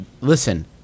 listen